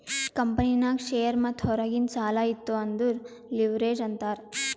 ಕಂಪನಿನಾಗ್ ಶೇರ್ ಮತ್ತ ಹೊರಗಿಂದ್ ಸಾಲಾ ಇತ್ತು ಅಂದುರ್ ಲಿವ್ರೇಜ್ ಅಂತಾರ್